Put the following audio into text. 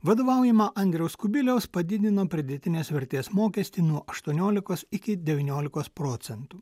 vadovaujama andriaus kubiliaus padidino pridėtinės vertės mokestį nuo aštuoniolikos iki devyniolikos procentų